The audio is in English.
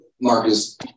Marcus